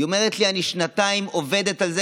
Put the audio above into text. היא אומרת לי: אני שנתיים עובדת על זה